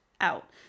out